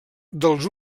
dels